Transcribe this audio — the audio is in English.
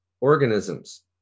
organisms